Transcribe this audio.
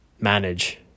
manage